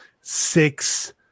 six